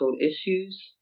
issues